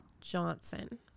Johnson